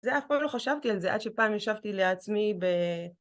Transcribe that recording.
זה אף פעם לא חשבתי על זה, עד שפעם ישבתי לעצמי ב...